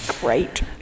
great